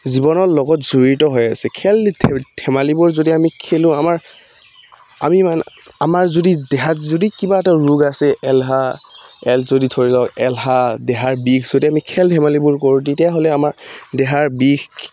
জীৱনৰ লগত জড়িত হৈ আছে খেল ধেমালিবোৰ যদি আমি খেলোঁ আমাৰ আমি মানে আমাৰ যদি দেহাত যদি কিবা এটা ৰোগ আছে এলাহ এলাহ যদি ধৰি লওক এলহা দেহাৰ বিষ যদি আমি খেল ধেমালিবোৰ কৰোঁ তেতিয়াহ'লে আমাৰ দেহাৰ বিষ